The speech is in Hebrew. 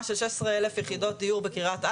של שש עשרה אלף יחידות דיור בקריית אתא,